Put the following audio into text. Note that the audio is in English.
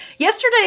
Yesterday